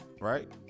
right